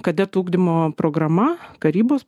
kadetų ugdymo programa karybos